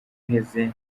uheze